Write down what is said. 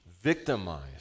victimized